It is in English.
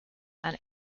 and